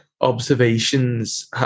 observations